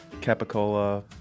capicola